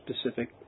specific